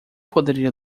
poderia